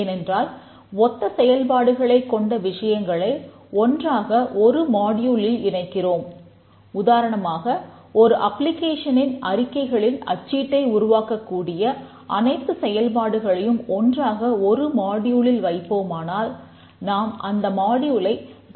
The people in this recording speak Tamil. ஏனென்றால் ஒத்த செயல்பாடுகளைக் கொண்ட விஷயங்களை ஒன்றாக ஒரு மாடியூலில் என்று கூறுகிறோம்